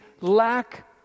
lack